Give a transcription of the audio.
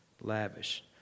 lavish